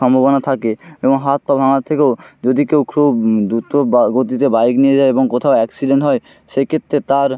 সম্ভাবনা থাকে এবং হাত পা ভাঙার থেকেও যদি কেউ খুব দ্রুত বা গতিতে বাইক নিয়ে যায় এবং কোথাও অ্যাক্সিডেন্ট হয় সে ক্ষেত্রে তার